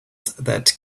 that